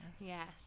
Yes